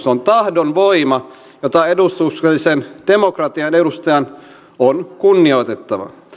on tahdonvoima jota edustuksellisen demokratian edustajan on kunnioitettava